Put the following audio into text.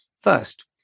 first